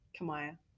Kamaya